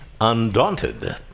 undaunted